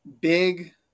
big